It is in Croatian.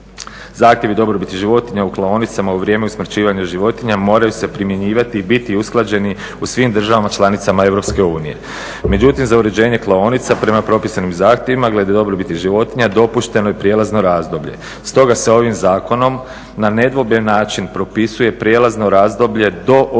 zahtjevi o dobrobiti životinja u klaonicama u vrijeme usmrćivanja životinja moraju se primjenjivati i biti usklađeni u svim državama članicama EU. Međutim, za uređenje klaonica prema propisanim zahtjevima glede dobrobiti životinja dopušteno je prijelazno razdoblje. Stoga se ovim zakonom na nedvojben način propisuje prijelazno razdoblje do 8.